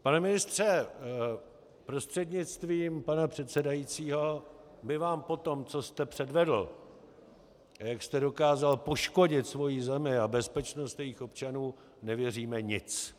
Pane ministře prostřednictvím pana předsedajícího, my vám po tom, co jste předvedl a jak jste dokázal poškodit svoji zemi a bezpečnost jejích občanů, nevěříme nic.